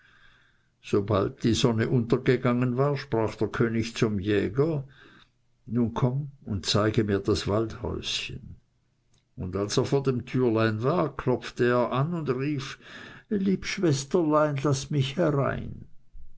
sobald die sonne untergegangen war sprach der könig zum jäger nun komm und zeige mir das waldhäuschen und als er vor dem türlein war klopfte er an und rief lieb schwesterlein laß mich herein